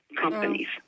companies